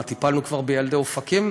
מה, טיפלנו כבר בילדי אופקים?